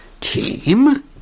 team